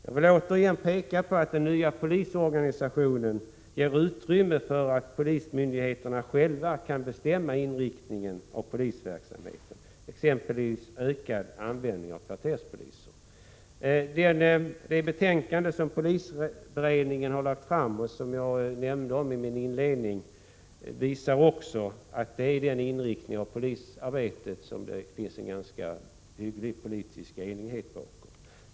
Jag vill åter framhålla att den nya polisorganisationen ger utrymme för polismyndigheterna att själva bestämma inriktningen av polisverksamheten, exempelvis genom ökad användning av kvarterspoliser. Det betänkande som polisberedningen har lagt fram och som jag nämnde om i min inledning visar också att det är den inriktningen av polisarbetet som det finns ganska hygglig politisk enighet om.